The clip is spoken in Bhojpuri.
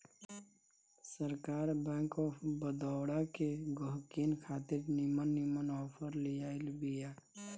सरकार बैंक ऑफ़ बड़ोदा के गहकिन खातिर निमन निमन आफर लियाइल बिया